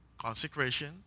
Consecration